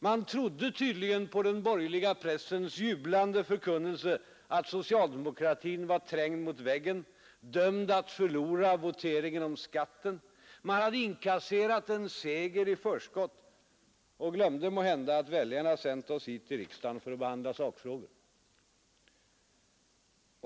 Man trodde tydligen på den borgerliga pressens jublande förkunnelse att socialdemokratin var trängd mot väggen, dömd att förlora voteringen om skatten. Man hade inkasserat en seger i förskott och glömde måhända att väljarna sänt oss hit till riksdagen för att behandla sakfrågor.